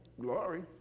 Glory